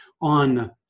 on